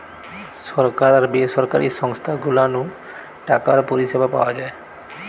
সরকার আর বেসরকারি সংস্থা গুলা নু টাকার পরিষেবা পাওয়া যায়